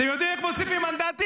אתם יודעים איך מוסיפים מנדטים?